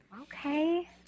Okay